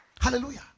Hallelujah